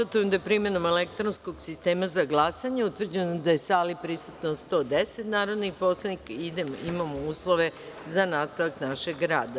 Konstatujem da je, primenom elektronskog sistema za glasanje, utvrđeno da je su u sali prisutno 110 narodnih poslanika i da imamo uslove za nastavak našeg rada.